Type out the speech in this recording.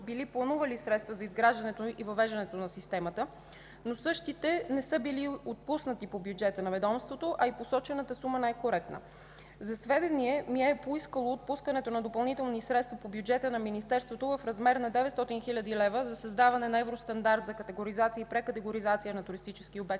са планувани средства за изграждането и въвеждането на системата, но същите не са били отпуснати по бюджета на ведомството, а и посочената сума не е коректна. За сведение, Министерство на икономиката и енергетиката е поискало отпускането на допълнителни средства по бюджета на Министерството в размер на 900 хил. лв. за създаване на евростандарт за категоризация и прекатегоризация на туристически обекти